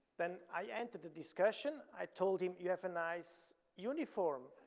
then i entered the discussion, i told him, you have a nice uniform.